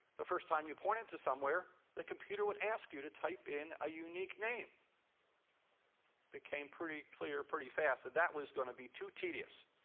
the first time you pointed to somewhere, the computer would ask you to type in a unique name. it became pretty clear pretty fast that that was going to be too tedious.